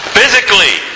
Physically